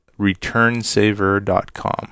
ReturnSaver.com